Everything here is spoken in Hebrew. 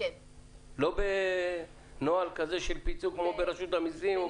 לא בנוהל של פיצוי כמו ברשות המיסים?